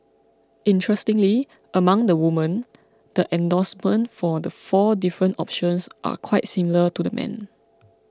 interestingly among the women the endorsement for the four different options are quite similar to the men